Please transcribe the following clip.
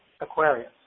Aquarius